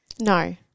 No